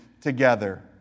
together